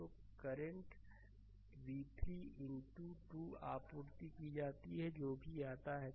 तो current v3 into 2 आपूर्ति की जाती है जो भी आता है